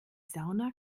sauna